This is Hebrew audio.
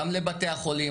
גם לבתי החולים.